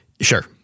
sure